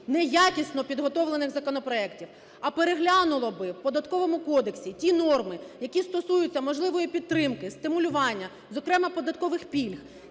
неякісно підготовлених законопроектів, а переглянуло би в Податковому кодексі ті норми, які стосуються можливої підтримки, стимулювання, зокрема податкових пільг.